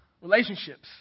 relationships